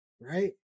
right